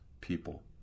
people